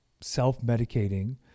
self-medicating